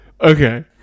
Okay